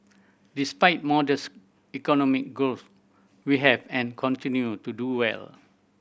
despite modest economic growth we have and continue to do well